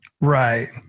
right